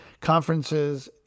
conferences